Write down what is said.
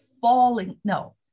falling—no